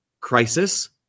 crisis